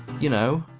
you know,